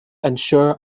unsure